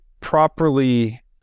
properly